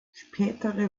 spätere